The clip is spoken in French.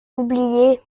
oublié